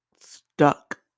stuck